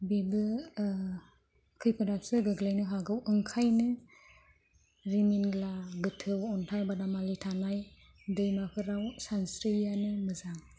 बेबो खैफोदावसो गोग्लैनो हागौ ओंखायनो रिमिनला गोथौ अन्थाइ बादामालि थानाय दैमाफोराव सानस्रियैआनो मोजां